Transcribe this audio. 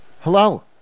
Hello